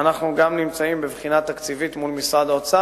ואנחנו גם נמצאים בבחינה תקציבית מול האוצר.